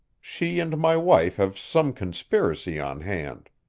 she and my wife have some conspiracy on hand.